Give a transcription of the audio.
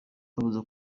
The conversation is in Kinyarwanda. babuza